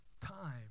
time